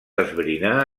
esbrinar